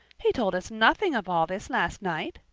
he told us nothing of all this last night,